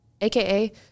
AKA